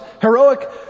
heroic